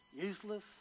useless